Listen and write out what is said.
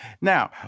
Now